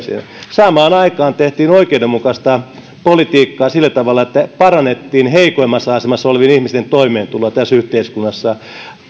tulojen lisäämiseen tehtiin oikeudenmukaista politiikkaa sillä tavalla että parannettiin heikoimmassa asemassa olevien ihmisten toimeentuloa tässä yhteiskunnassa